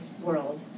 world